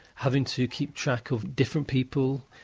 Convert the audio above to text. having to keep track of different people,